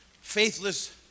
faithless